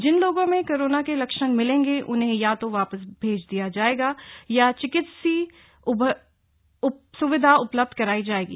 जिन लोगों में कोरोना के लक्षण मिलेंगे उन्हें या तो वापस भेजा जाएगा या चिकित्सीय सुविधा उपलब्ध कराई जाएगी